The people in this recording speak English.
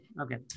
okay